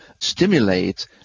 stimulate